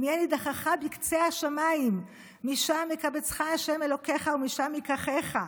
אם יהיה נִדחךָ בקצה השמים משם יקבצך ה' הלהיך ומשך יִקחֶךָ.